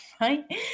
right